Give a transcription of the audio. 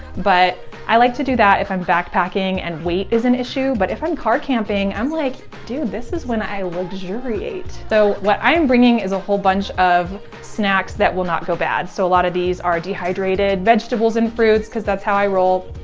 but i like to do that if i'm backpacking and weight is an issue, but if i'm car camping, i'm like, dude, this is when i luxuriate. so what i'm bringing is a whole bunch of snacks that will not go bad. so a lot of these are dehydrated vegetables and fruits because that's how i roll.